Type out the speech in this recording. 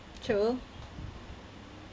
true